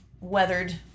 weathered